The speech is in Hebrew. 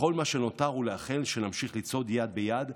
כל מה שנותר הוא לאחל שנמשיך לצעוד יד ביד,